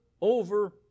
over